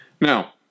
Now